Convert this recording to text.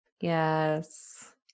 Yes